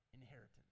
inheritance